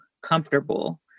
comfortable